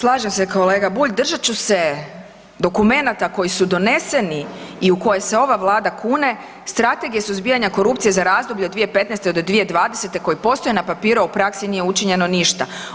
Slažem se kolega Bulj, držat ću se dokumenata koji su doneseni i u koje se ova Vlada kune, Strategije suzbijanja korupcije za razdoblje od 2015. do 2020. koje postoje na papiru, a u praksi nije učinjeno ništa.